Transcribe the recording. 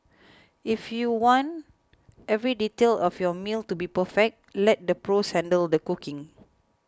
if you want every detail of your meal to be perfect let the pros handle the cooking